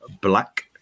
Black